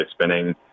spinning